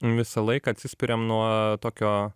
visą laiką atsispiriam nuo tokio